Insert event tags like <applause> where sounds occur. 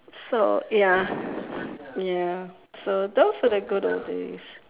so ya <breath> ya so those were the good old days